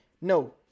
no